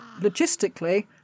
logistically